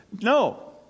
No